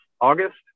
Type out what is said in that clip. august